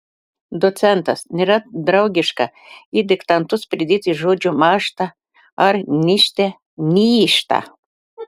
docentas nėra draugiška į diktantus pridėti žodžių mąžta ar nižte nyžta